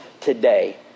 today